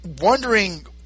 wondering